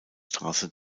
straße